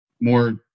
more